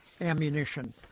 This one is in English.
ammunition